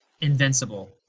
invincible